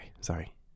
Sorry